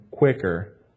quicker